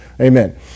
amen